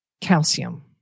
calcium